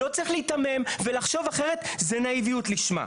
לא צריך להיתמם ולחשוב אחרת זה נאיביות לשמה.